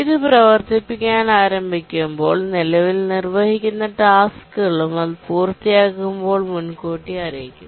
ഇത് പ്രവർത്തിപ്പിക്കാൻ ആരംഭിക്കുമ്പോൾ നിലവിൽ നിർവ്വഹിക്കുന്ന ടാസ്ക്കുകളും അത് പൂർത്തിയാകുമ്പോൾ മുൻകൂട്ടി അറിയിക്കുന്നു